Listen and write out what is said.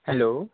hello